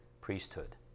priesthood